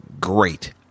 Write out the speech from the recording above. great